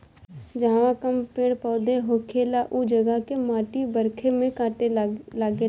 जहवा कम पेड़ पौधा होखेला उ जगह के माटी बरखा में कटे लागेला